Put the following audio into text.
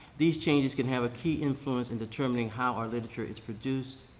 these changes can have a key influence in determining how our literature is produced,